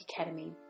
Academy